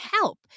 help